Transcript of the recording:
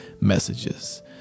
messages